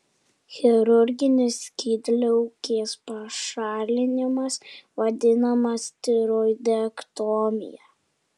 chirurginis skydliaukės pašalinimas vadinamas tiroidektomija